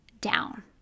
down